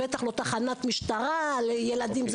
בטח לא תחנת משטרה לילדים.